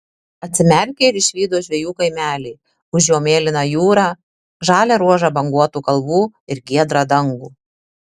atsimerkė ir išvydo žvejų kaimelį už jo mėlyną jūrą žalią ruožą banguotų kalvų ir giedrą dangų